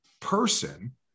person